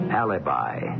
Alibi